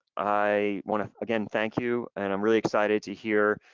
i wanna again, thank you, and i'm really excited to hear